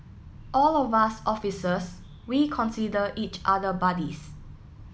all of us officers we consider each other buddies